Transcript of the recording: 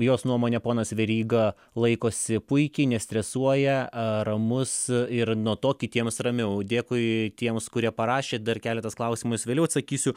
jos nuomone ponas veryga laikosi puikiai nestresuoja ramus ir nuo to kitiems ramiau dėkui tiems kurie parašė dar keletas klausimus vėliau atsakysiu